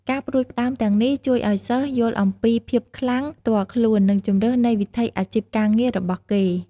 ការផ្ដួចផ្ដើមទាំងនេះជួយឲ្យសិស្សយល់អំពីភាពខ្លាំងផ្ទាល់ខ្លួន និងជម្រើសនៃវិថីអាជីពការងាររបស់គេ។